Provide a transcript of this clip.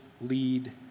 lead